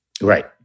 Right